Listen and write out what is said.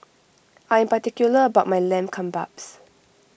I am particular about my Lamb Kebabs